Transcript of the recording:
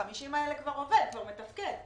ה-50 האלה כבר עובד, כבר מתפקד.